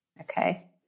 Okay